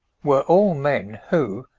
were all men who,